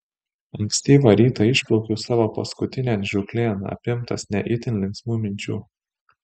ankstyvą rytą išplaukiau savo paskutinėn žūklėn apimtas ne itin linksmų minčių